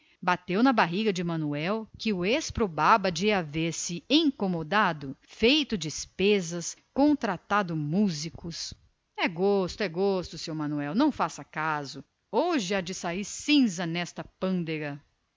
bateu na barriga de manuel que o exprobrava por se ter incomodado feito despesas contratado músico é gosto é gosto seu manuel não faça caso hoje há de sair cinza nesta pândega